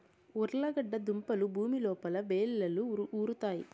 ఉర్లగడ్డ దుంపలు భూమి లోపల వ్రేళ్లకు ఉరుతాయి